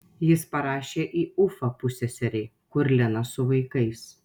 jis parašė į ufą pusseserei kur lena su vaikais